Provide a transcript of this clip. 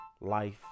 life